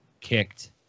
Kicked